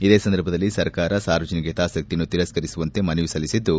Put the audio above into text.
ಇದೇ ಸಂದರ್ಭದಲ್ಲಿ ಸರ್ಕಾರ ಸಾರ್ವಜನಿಕ ಹಿತಾಸಕ್ತಿಯನ್ನು ತಿರಸ್ತರಿಸುವಂತೆ ಮನವಿ ಸಲ್ಲಿಸಿದ್ದು